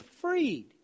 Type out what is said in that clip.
freed